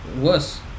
worse